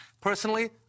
Personally